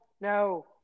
no